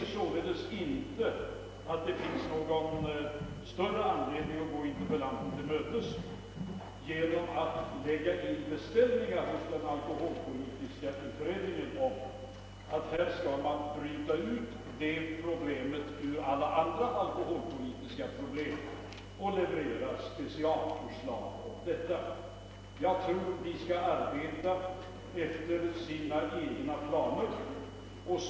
Jag finner således inte någon större anledning att gå interpellanten till mötes genom att göra en beställning hos alkoholpolitiska utredningen om att frågan om mellanölet skall brytas ut ur hela det alkoholpolitiska komplexet och göras till föremål för specialförslag. Utredningen bör få arbeta efter sina egna planer.